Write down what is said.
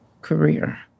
career